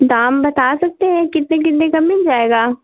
दाम बता सकते हैं कितने कितने का मिल जायगा